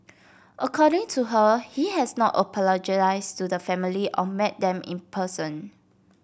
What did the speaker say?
according to her he has not apologised to the family or met them in person